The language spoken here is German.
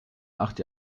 acht